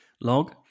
Log